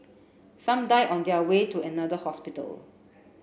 some die on their way to another hospital